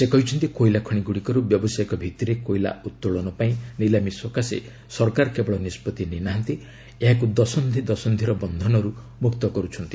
ସେ କହିଛନ୍ତି କୋଇଲା ଖଶି ଗୁଡ଼ିକରୁ ବ୍ୟବସାୟିକ ଭିଭିରେ କୋଇଲା ଉତ୍ତୋଳନ ପାଇଁ ନିଲାମି ସକାଶେ ସରକାର କେବଳ ନିଷ୍ପଭି ନେଇନାହାନ୍ତି ଏହାକୁ ଦଶନ୍ଧି ଦଶନ୍ଧିର ବନ୍ଧନରୁ ମୁକ୍ତ କରୁଛନ୍ତି